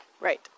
Right